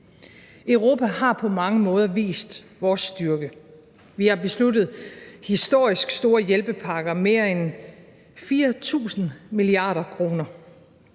Europa har på mange måder vist vores styrke. Vi har besluttet historisk store hjælpepakker, mere end 4.000 mia. kr.,